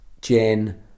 Jen